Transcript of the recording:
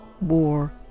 war